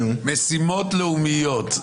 משימות לאומיות.